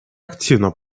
активно